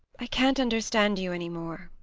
i can't understand you any more.